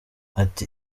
ati